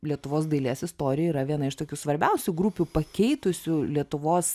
lietuvos dailės istorijoj yra viena iš tokių svarbiausių grupių pakeitusių lietuvos